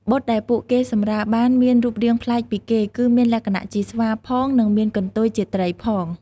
បុត្រដែលពួកគេសម្រាលបានមានរូបរាងប្លែកពីគេគឺមានលក្ខណៈជាស្វាផង និងមានកន្ទុយជាត្រីផង។